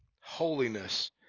Holiness